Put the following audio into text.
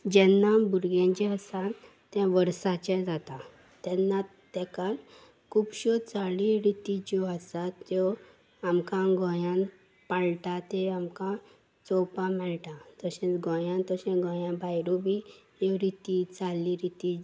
जेन्ना भुरगें जें आसा तें वर्साचें जाता तेन्ना तेका खुबश्यो चाली रिती ज्यो आसात त्यो आमकां गोंयान पाळटा ते आमकां चोवपा मेळटा तशेंच गोंयान तशें गोंय भायरूय बी ह्यो रिती चाली रिती